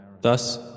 Thus